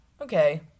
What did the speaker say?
okay